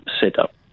setup